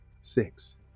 six